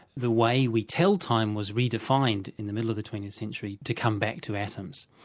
the way we tell time was redefined in the middle of the twentieth century to come back to atoms.